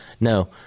No